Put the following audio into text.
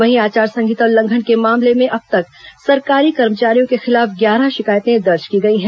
वहीं आचार संहिता उल्लंघन के मामले में अब तक सरकारी कर्मचारियों के खिलाफ ग्यारह शिकायतें दर्ज की गई हैं